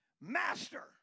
Master